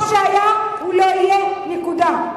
מה שהיה, הוא לא יהיה, נקודה.